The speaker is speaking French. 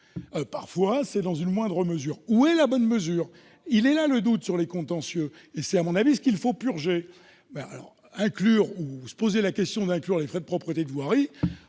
parfois, c'est dans une moindre mesure. Où est la bonne mesure ? Il porte là-dessus, le doute des contentieux, et c'est, à mon avis, ce qu'il faut purger. En revanche, vous vous posez la question d'inclure les frais de propreté de voirie